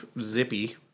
Zippy